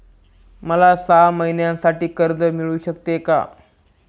मला सहा महिन्यांसाठी कर्ज मिळू शकते का?